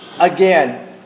Again